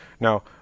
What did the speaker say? Now